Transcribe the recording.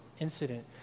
incident